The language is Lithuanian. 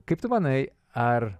kaip tu manai ar